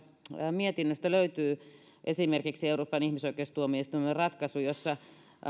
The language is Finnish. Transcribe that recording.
mietinnöstä löytyy esimerkiksi euroopan ihmisoikeustuomioistuimen ratkaisu jossa